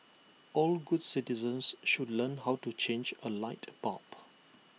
all good citizens should learn how to change A light bulb